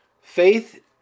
faith